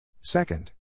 Second